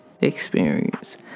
experience